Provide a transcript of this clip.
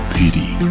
pity